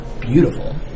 beautiful